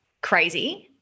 crazy